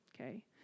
okay